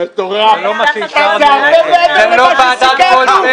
--- מטורף, זה הרבה מעבר למה שסיכמנו.